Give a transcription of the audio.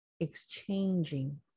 Exchanging